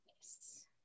Yes